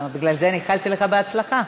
בגלל זה אני איחלתי לך בהצלחה.